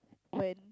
when